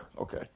okay